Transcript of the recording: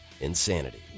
Insanity